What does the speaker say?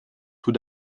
tout